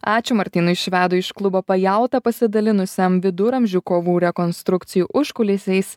ačiū martynui švedui iš klubo pajauta pasidalinusiam viduramžių kovų rekonstrukcijų užkulisiais